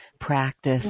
practice